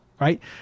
right